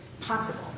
possible